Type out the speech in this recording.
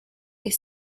est